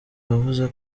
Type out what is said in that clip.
yavuze